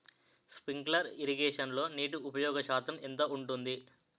Sprinkler ఇరగేషన్లో నీటి ఉపయోగ శాతం ఎంత ఉంటుంది?